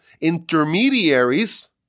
intermediaries